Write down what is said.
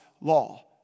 law